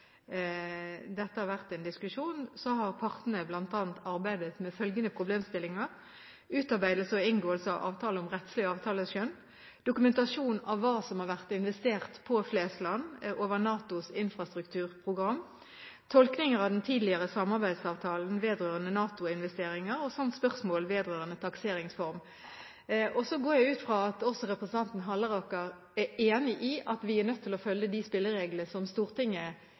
dette har vært en diskusjon, bl.a. arbeidet med følgende problemstillinger: utarbeidelse og inngåelse av avtaler om rettslig avtaleskjønn, dokumentasjon av hva som har vært investert på Flesland over NATOs infrastrukturprogram, tolkninger av den tidligere samarbeidsavtalen vedrørende NATO-investeringer samt spørsmål vedrørende takseringsform. Så går jeg ut fra at også representanten Halleraker er enig i at vi er nødt til å følge de spillereglene som Stortinget har laget. Det er